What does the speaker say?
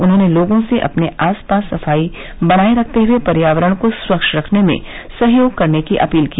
उन्होंने लोगों से अपने आस पास सफाई बनाए रखते हुए पर्योवरण को स्वच्छ रखने में सहयोग करने की अपील की